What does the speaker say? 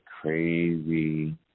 crazy